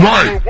Right